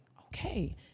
okay